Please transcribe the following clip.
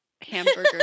hamburger